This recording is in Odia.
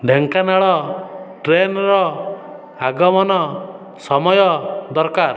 ଢେଙ୍କାନାଳ ଟ୍ରେନ୍ର ଆଗମନ ସମୟ ଦରକାର